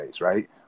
right